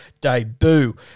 debut